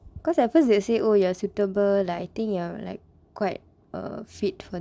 cause at first they'll say oh you are suitable like I think you are like quite fit for